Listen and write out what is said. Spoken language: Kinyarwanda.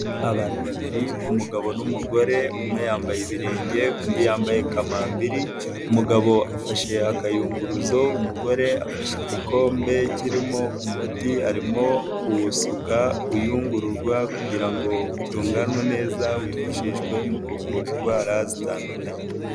Abantu babiri umugabo n'umugore umwe yambaye ibirenge undi yambaye kamambiri, umugabo afashe akayunguruzo, umugore afashe igikombe kirimo umuti arimo kuwusuka uyungururwa kugira ngo utunganwe neza wifashishwe mu kuvura indwara zitandukanye.